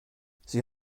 sie